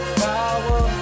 power